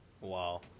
Wow